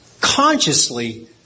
consciously